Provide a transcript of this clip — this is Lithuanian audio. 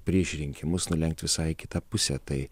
prieš rinkimus nulenkt visai kitą pusę tai